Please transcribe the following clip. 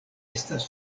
estas